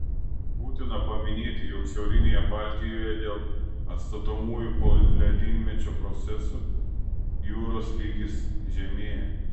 būtina paminėti jog šiaurinėje baltijoje dėl atstatomųjų poledynmečio procesų jūros lygis žemėja